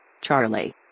Charlie